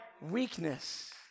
weakness